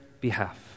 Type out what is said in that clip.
behalf